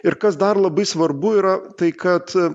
ir kas dar labai svarbu yra tai kad